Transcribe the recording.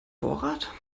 vorrat